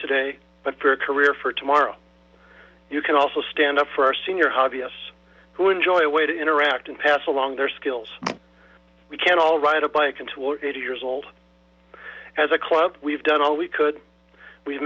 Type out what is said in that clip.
today but for a career for tomorrow you can also stand up for our senior hobbyists who enjoy a way to interact and pass along their skills we can't all ride a bike until eighty years old as a club we've done all we could we